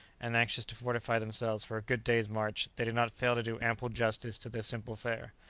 and anxious to fortify themselves for a good day's march, they did not fail to do ample justice to their simple fare.